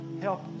help